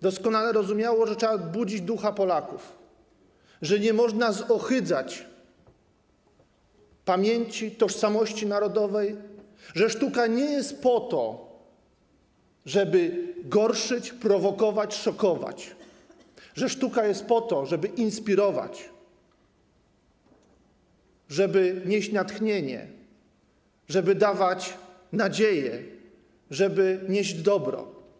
doskonale rozumiało, że trzeba budzić ducha Polaków, że nie można zohydzać pamięci, tożsamości narodowej, że sztuka nie jest po to, żeby gorszyć, prowokować, szokować, że sztuka jest po to, żeby inspirować, żeby nieść natchnienie, żeby dawać nadzieję, żeby nieść dobro.